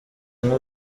nko